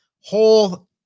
whole